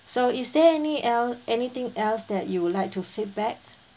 so is there any else anything else that you would like to feedback